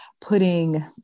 putting